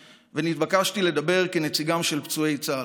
ונתבקשתי לדבר כנציגם של פצועי צה"ל.